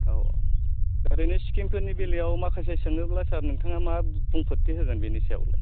औ औ ओरैनो स्किम फोरनि बेलायाव माखासे सोङोब्ला सार नोंथाङा मा बुंफोरथिहोगोन बेनि सायावलाय